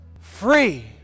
free